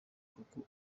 kuko